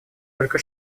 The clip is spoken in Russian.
только